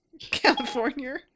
california